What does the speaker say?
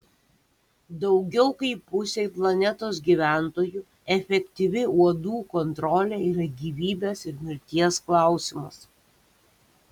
daugiau kaip pusei planetos gyventojų efektyvi uodų kontrolė yra gyvybės ir mirties klausimas